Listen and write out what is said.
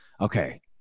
Okay